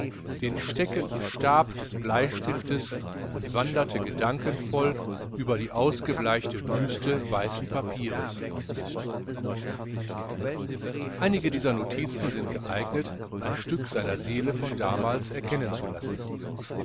den stecken und stab des bleistiftes und wanderte gedankenvoll über die ausgebleichte wüste weißen papieres einige dieser notizen sind geeignet ein stück seiner seele von damals erkennen zu lassen